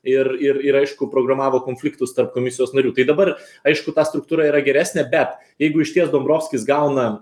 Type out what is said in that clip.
ir ir ir aišku programavo konfliktus tarp komisijos narių tai dabar aišku ta struktūra yra geresnė bet jeigu išties dombrovskis gauna